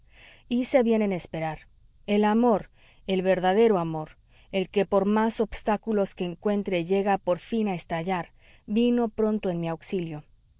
soledad hice bien en esperar el amor el verdadero amor el que por más obstáculos que encuentre llega por fin a estallar vino pronto en mi auxilio